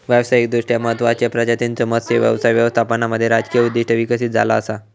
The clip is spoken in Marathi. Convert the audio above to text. व्यावसायिकदृष्ट्या महत्त्वाचचो प्रजातींच्यो मत्स्य व्यवसाय व्यवस्थापनामध्ये राजकीय उद्दिष्टे विकसित झाला असा